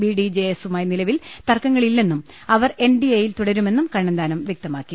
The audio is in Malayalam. ബി ഡി ജെ എസ്സുമായി നിലവിൽ തർക്കങ്ങളി ല്ലെന്നും അവർ എൻ ഡി എ യിൽ തുടരുമെന്നും കണ്ണ ന്താനം വൃക്തമാക്കി